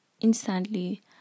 instantly